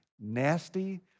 nasty